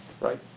right